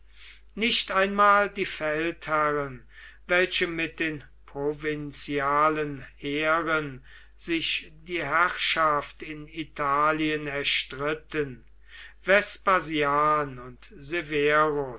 nicht einmal die feldherren welche mit den provinzialen heeren sich die herrschaft in italien erstritten vespasian und